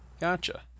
Gotcha